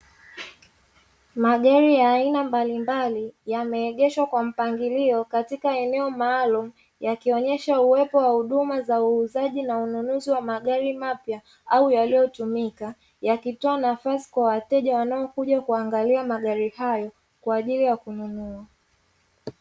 Magari ya aina mbalimbali yameegeshwa kwa mpangilio katika eneo maalumu, yakionyesha uwepo wa huduma za uuzaji na ununuzi wa magari mapya au yaliyotumika. Yakitoa nafasi kwa wateja wanaokuja kuangalia magari hayo kwa ajili ya kununua.